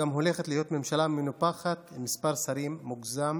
הולכת להיות ממשלה מנופחת עם מספר שרים מוגזם